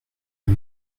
les